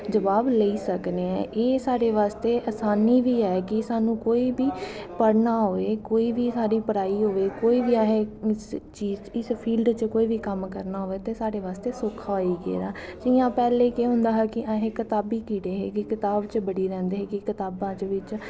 जवाब लेई सकनें आं एह् साढ़े बास्तै आसानी बी ऐ कि स्हानू कोई बी पढ़नां होऐ कोई बी साढ़ा पढ़ाई होऐ असें इस फील्ड च कम्म करनां होऐ ते साढ़े बास्तै सौक्खा होई गेदा ऐ जियां पैह्लें केह् होंदा हा कि अस कताबी कीड़े हे कताब च बड़ी रैंह्दे हे कि कताबां च